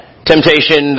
temptation